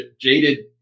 jaded